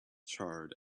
charred